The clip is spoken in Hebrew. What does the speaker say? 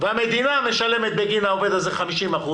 והמדינה משלמת בגין העובד הזה 50%,